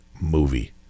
movie